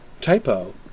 typo